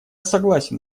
согласен